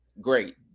great